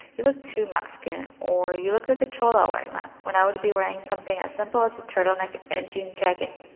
you look too mexican or you look like a trola wearing when i would be wearing something as simple as a turtleneck and jean jacket.